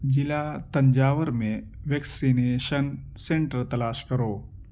ضلع تنجاور میں vaccination centre تلاش کرو